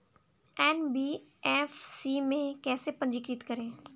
NBFC में कैसे पंजीकृत करें?